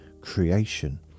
creation